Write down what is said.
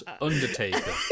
Undertaker